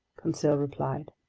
conseil replied.